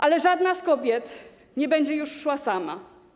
Ale żadna z kobiet nie będzie już szła sama.